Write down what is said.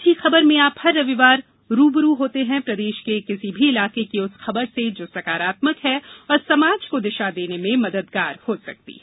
अच्छी खबर में आप हर रविवार रू ब रू होते हैं प्रदेश के किसी भी इलाके की उस खबर से जो सकारात्मक है और समाज को दिशा देने में मददगार हो सकती है